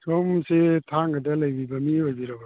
ꯁꯣꯝꯁꯦ ꯊꯥꯡꯒꯗ ꯂꯩꯕꯤꯕ ꯃꯤ ꯑꯣꯏꯕꯤꯔꯕ꯭ꯔꯥ